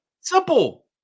Simple